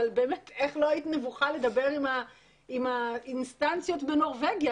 אבל איך לא היית נבוכה לדבר עם האינסטנציות בנורבגיה,